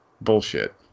bullshit